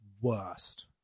worst